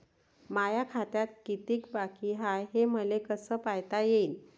माया खात्यात कितीक बाकी हाय, हे मले कस पायता येईन?